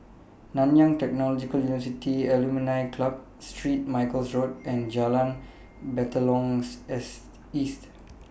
Nanyang Technological University Alumni Club Street Michael's Road and Jalan Batalong's S East